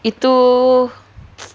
itu